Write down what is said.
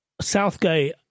Southgate